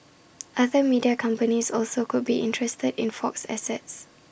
other media companies also could be interested in Fox's assets